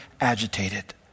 agitated